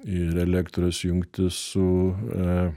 ir elektros jungtis su